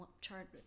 chart